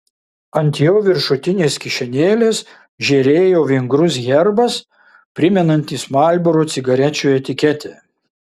ant jo viršutinės kišenėlės žėrėjo vingrus herbas primenantis marlboro cigarečių etiketę